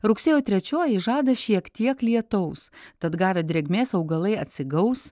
rugsėjo trečioji žada šiek tiek lietaus tad gavę drėgmės augalai atsigaus